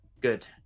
Good